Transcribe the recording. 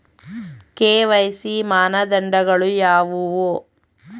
KYC ಮಾನದಂಡಗಳು ಯಾವುವು?